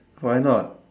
why not